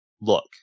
look